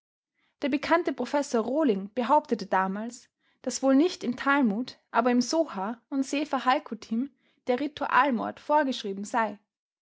der bekannte professor rohling behauptete damals daß wohl nicht im talmud aber im sohar und sefer halkutim der ritualmord vorgeschrieben sei